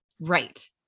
right